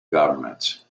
governments